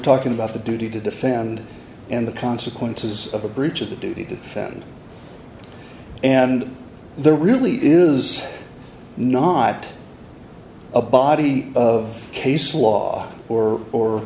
talking about the duty to defend and the consequences of a breach of the duty to offend and there really is not a body of case law or or